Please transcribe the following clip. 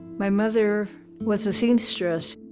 my mother was a seamstress.